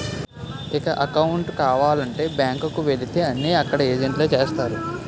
ఇక అకౌంటు కావాలంటే బ్యాంకు కు వెళితే అన్నీ అక్కడ ఏజెంట్లే చేస్తారు